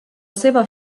seva